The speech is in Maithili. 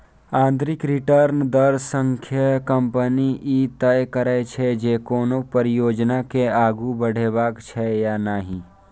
आंतरिक रिटर्न दर सं कंपनी ई तय करै छै, जे कोनो परियोजना के आगू बढ़ेबाक छै या नहि